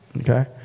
Okay